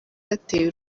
yateye